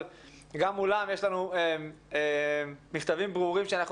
אבל גם מולם יש לנו מכתבים ברורים שאנחנו